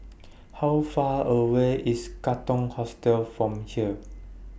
How Far away IS Katong Hostel from here